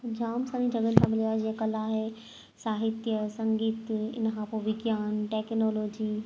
जाम सारी जॻहयुनि था मिलियो आहे जीअं कला आहे साहित्य संगीत हिन खां पोइ विज्ञान टेक्नोलोजी